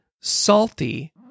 salty